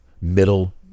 middle